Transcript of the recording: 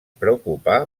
preocupà